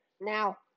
Now